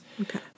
Okay